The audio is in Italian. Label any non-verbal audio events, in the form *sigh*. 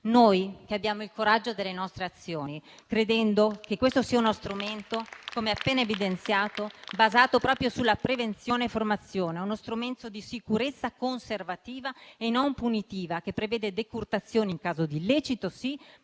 noi che abbiamo il coraggio delle nostre azioni, *applause* credendo che questo sia uno strumento - come appena evidenziato - basato proprio sulla prevenzione e formazione; uno strumento di sicurezza conservativa e non punitiva che prevede decurtazioni in caso di illecito -